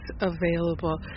available